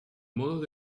modos